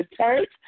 Church